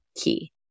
key